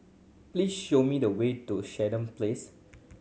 please show me the way to Sandown Place